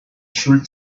should